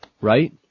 right